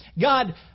God